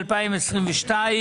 אני פותח את ישיבת ועדת הכספים.